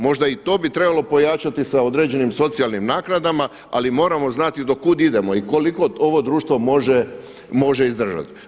Možda i to bi trebalo pojačati sa određenim socijalnim naknadama, ali moramo znati do kud idemo i koliko ovo društvo može izdržati.